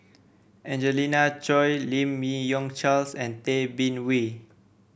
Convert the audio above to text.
Angelina Choy Lim Yi Yong Charles and Tay Bin Wee